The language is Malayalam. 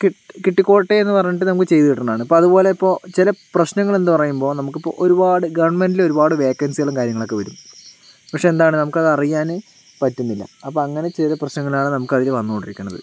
കിട്ട് കിട്ടിക്കോട്ടെയെന്ന് പറഞ്ഞിട്ട് നമുക്ക് ചെയ്ത് കിട്ടുന്നതാണ് ഇപ്പോൾ അതുപോലെ ചില പ്രശ്നങ്ങള് എന്ന് പറയുമ്പോൾ നമുക്ക് ഇപ്പോൾ ഗവൺമെൻറ്റില് ഒരുപാട് വേക്കൻസികളും കാര്യങ്ങളൊക്കെ വരും പക്ഷേ എന്താണ് നമുക്കതറിയാൻ പറ്റുന്നില്ല അപ്പോൾ അങ്ങനെ ചെറിയ പ്രശ്നങ്ങളാണ് നമുക്ക് അതിൽ വന്നുകൊണ്ടിരിക്കണത്